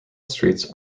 streets